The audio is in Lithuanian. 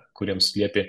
kuriems liepė